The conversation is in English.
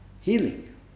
healing